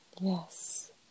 Yes